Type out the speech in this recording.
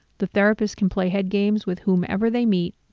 the therapist can play head games with whomever they meet,